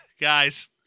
Guys